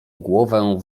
głowę